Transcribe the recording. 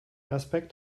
aspekt